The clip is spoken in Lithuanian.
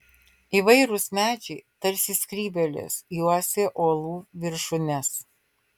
įvairūs medžiai tarsi skrybėlės juosė uolų viršūnes